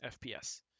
FPS